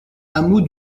hameau